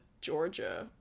Georgia